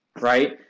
right